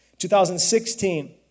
2016